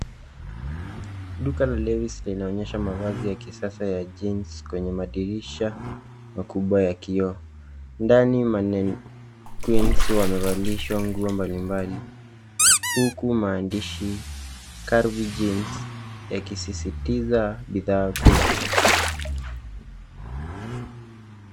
Duka la Levis linaonyesha mavasi ya kisasa labda ya jeans kwenye madirisha makubwa ya kioo ndani mannequins wamevalishwa nguo mbali mbali huku maandishi Calvin jeans yakisisitiza bidhaa kuu.